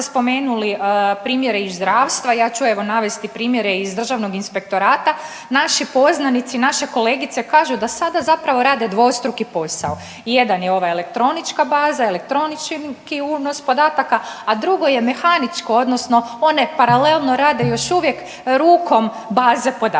primjere iz zdravstva, ja ću evo navesti primjere iz Državnog inspektorata, naši poznanici, naše kolegice kažu da sada zapravo rade dvostruki posao. Jedan je ova elektronička baza, elektronički unos podataka, a drugo je mehaničko odnosno one paralelno rade još uvijek rukom baze podataka.